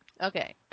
Okay